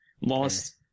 Lost